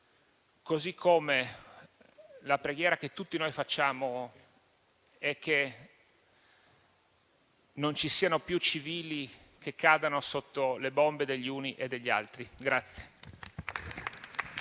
così come la preghiera che tutti noi facciamo, ovvero che non ci siano più civili che cadono sotto le bombe degli uni e degli altri.